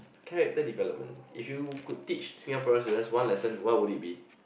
character development if you could teach Singaporean student one lesson what would it be